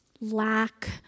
Lack